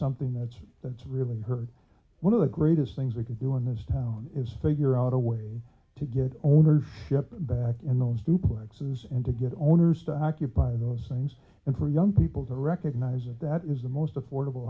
something that's that's really hurt one of the greatest things we could do in this town is figure out a way to get ownership back in the homes duplexes and to get owners to occupy those things and for young people to recognize that that is the most affordable